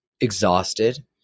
exhausted